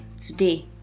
today